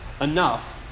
enough